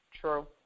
True